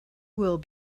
will